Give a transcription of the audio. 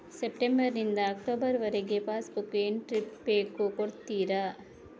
September ನಿಂದ October ವರಗೆ pass book entry ಬೇಕು ಕೊಡುತ್ತೀರಾ?